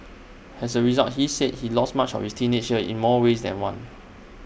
as A result he said he lost much of his teenage years in more ways than one